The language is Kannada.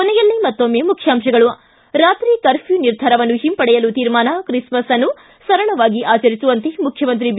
ಕೊನೆಯಲ್ಲಿ ಮತ್ತೊಮ್ಮೆ ಮುಖ್ಯಾಂಶಗಳು ಿ ರಾತ್ರಿ ಕರ್ಫ್ಝ್ ನಿರ್ಧಾರವನ್ನು ಹಿಂಪಡೆಯಲು ತೀರ್ಮಾನ ಕ್ರಿಸ್ಕಸ್ ಅನ್ನು ಸರಳವಾಗಿ ಆಚರಿಸುವಂತೆ ಮುಖ್ಯಮಂತ್ರಿ ಬಿ